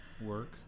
work